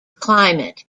climate